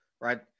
right